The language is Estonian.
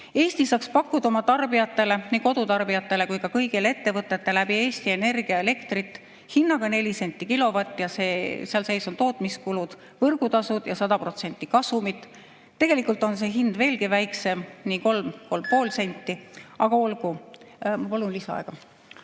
Eesti saaks pakkuda oma tarbijatele, nii kodutarbijatele kui ka kõigile ettevõtetele, Eesti Energia elektrit hinnaga 4 senti kilovatt. Ja seal sees on tootmiskulud, võrgutasud ja 100% kasumit. Tegelikult on see hind veelgi väiksem, 3–3,5 senti. Aga olgu. Ma palun lisaaega.